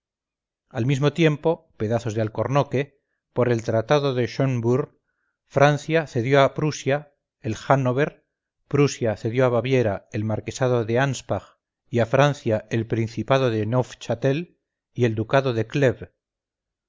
al mismo tiempo pedazos de alcornoque por el tratado de schnbrunn francia cedió a prusia el hannover prusia cedió a baviera el marquesado de anspach y a francia el principado de neufchatel y el ducado de cleves